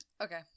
okay